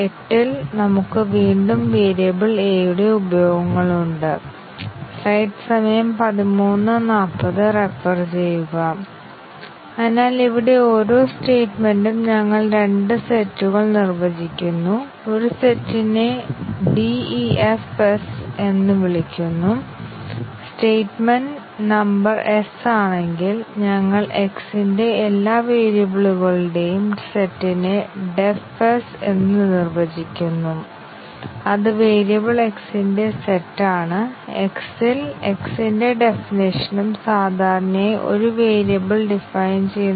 ഇപ്പോൾ നമുക്ക് linearly independent ആയ ഒരു കൂട്ടം പാത്തിന്റെ ഉദാഹരണം നോക്കാം നമുക്ക് ലിനെയാർലി ഇൻഡിപെൻഡെന്റ് ആയ പാത്തുകൾ നോക്കിയാൽ ഇവിടെ നമുക്ക് 1 4 ഉണ്ടെങ്കിൽ 1 സ്റ്റാർട്ട് നോഡ് ആണെങ്കിൽ 4 ടെർമിനൽ നോഡ് 1 4 ആണ് ഒരു പാത്ത് 1 2 3 4 ഒരു പാത്ത് ആണ് പക്ഷേ അവ ലിനെയാർലി ഇൻഡിപെൻഡെന്റ് ആയ പാത്തല്ല കാരണം രണ്ടാമത്തേത് ഒരു പുതിയ എഡ്ജ് അവതരിപ്പിക്കുന്നില്ല